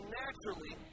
naturally